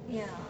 ya